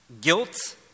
guilt